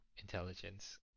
intelligence